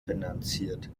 finanziert